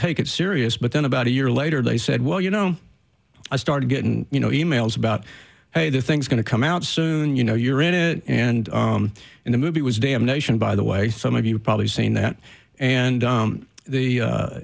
take it serious but then about a year later they said well you know i started getting you know e mails about hey the thing's going to come out soon you know you're in it and in the movie it was damnation by the way some of you are probably saying that and